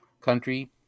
country